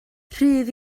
rhydd